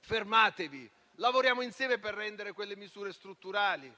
fermatevi e lavoriamo insieme per rendere quelle misure strutturali.